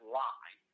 lie